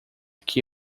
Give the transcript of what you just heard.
que